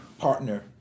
Partner